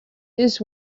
his